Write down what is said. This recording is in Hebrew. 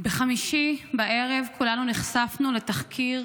בחמישי בערב כולנו נחשפנו לתחקיר